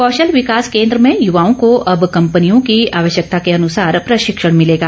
कौशल विकास केन्द्र में युवाओं को अब कम्पनियों का आवश्यकता के अनुसार प्रशिक्षण मिलेगा